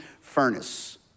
furnace